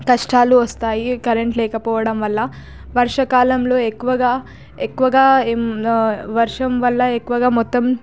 కష్టాలు వస్తాయి కరెంట్ లేకపోవడం వల్ల వర్ష కాలంలో ఎక్కువగా ఎక్కువగా వర్షం వల్ల ఎక్కువగా